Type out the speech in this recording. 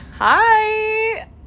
hi